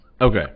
Okay